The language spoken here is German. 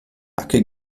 hacke